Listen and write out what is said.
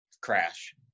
crash